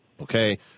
Okay